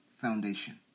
foundation